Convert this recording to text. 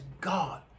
God